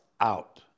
out